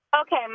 Okay